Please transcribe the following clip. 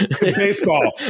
Baseball